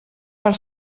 per